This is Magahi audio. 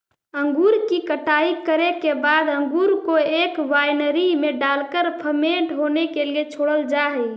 अंगूर की कटाई करे के बाद अंगूर को एक वायनरी में डालकर फर्मेंट होने के लिए छोड़ल जा हई